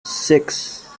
six